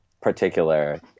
particular